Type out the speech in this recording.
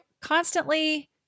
constantly